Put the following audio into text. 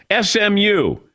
SMU